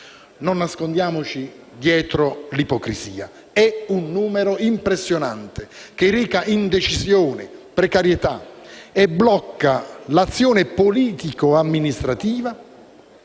Non nascondiamoci dietro l'ipocrisia: è un numero impressionante che reca indecisione, precarietà e blocca l'azione politico-amministrativa